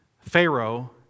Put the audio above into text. Pharaoh